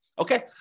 Okay